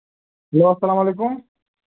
hello اَسلام علیکُم